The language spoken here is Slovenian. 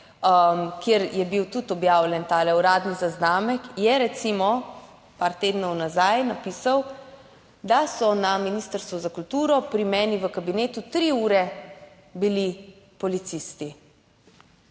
kjer je bil tudi objavljen ta uradni zaznamek, je recimo, par tednov nazaj napisal, da so na Ministrstvu za kulturo, pri meni v kabinetu, 3 ure bili policisti.